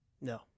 No